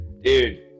Dude